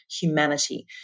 humanity